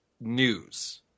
news